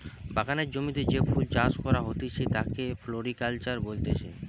বাগানের জমিতে যে ফুল চাষ করা হতিছে তাকে ফ্লোরিকালচার বলতিছে